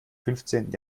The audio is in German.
fünfzehnten